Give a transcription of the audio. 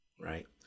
right